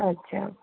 अच्छा